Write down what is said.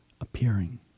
appearing